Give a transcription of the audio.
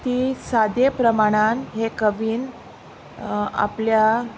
ती सादे प्रमाणान हे कवीन आपल्या